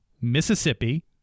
Mississippi